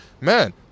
man